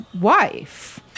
wife